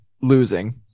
losing